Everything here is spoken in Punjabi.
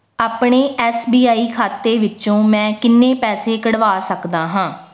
ਆਪਣੇ ਐਸ ਬੀ ਆਈ ਖਾਤੇ ਵਿੱਚੋਂ ਮੈਂ ਕਿੰਨੇ ਪੈਸੇ ਕੱਢਵਾ ਸਕਦਾ ਹਾਂ